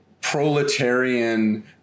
proletarian